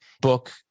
book